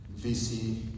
VC